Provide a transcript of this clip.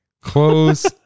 close